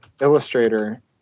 Illustrator